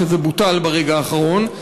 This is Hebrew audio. שזה בוטל ברגע האחרון,